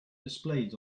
displayed